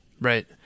Right